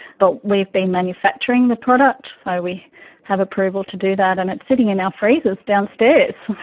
but we've been manufacturing the product so we have approval to do that, and it's sitting in our freezers downstairs.